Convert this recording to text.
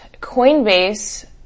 Coinbase